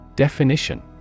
Definition